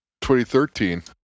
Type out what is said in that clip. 2013